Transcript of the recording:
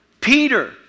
Peter